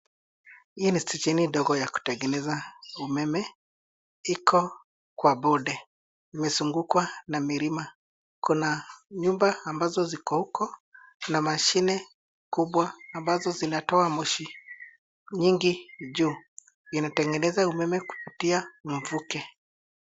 Hii ni stesheni ndogo ya kutengeneza umeme iko kwa bonde. Imezungukwa na milima. Kuna nyumba ambazo ziko uko na mashine kubwa ambazo zinatoa moshi nyingi juu. Inatengeza umeme kupitia mvuke.